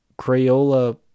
Crayola